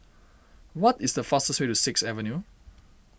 what is the fastest way to Sixth Avenue